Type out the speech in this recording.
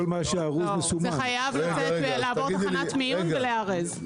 זה חייב לעבור תחנת מיון ולהיארז.